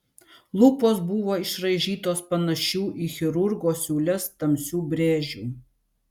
lūpos buvo išraižytos panašių į chirurgo siūles tamsių brėžių